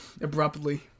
abruptly